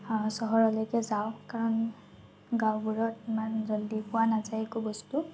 চহৰলৈকে যাওঁ কাৰণ গাঁওবোৰত ইমান জল্দি পোৱা নাযায় একো বস্তু